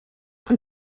ond